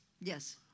yes